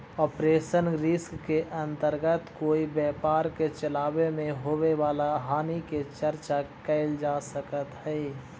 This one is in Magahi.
ऑपरेशनल रिस्क के अंतर्गत कोई व्यापार के चलावे में होवे वाला हानि के चर्चा कैल जा सकऽ हई